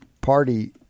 party